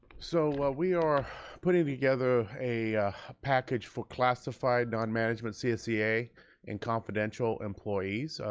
so we are putting together a package for classified non-management csea and confidential employees.